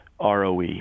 ROE